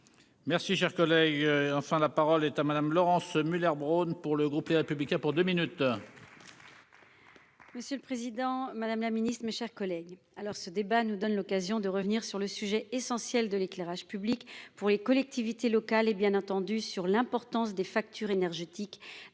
Merci cher collègue. Enfin, la parole est à madame Laurence Muller-Bronn pour le groupe Les Républicains pour 2 minutes. Monsieur le Président Madame la Ministre, mes chers collègues. Alors ce débat nous donne l'occasion de revenir sur le sujet essentiel de l'éclairage public pour les collectivités locales et bien entendu sur l'importance des factures énergétiques